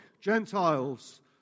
Gentiles